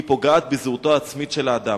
היא פוגעת בזהותו העצמית של האדם.